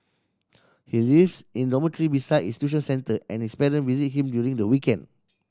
he lives in dormitory beside his tuition centre and his parent visit him during the weekend